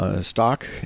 Stock